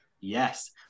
Yes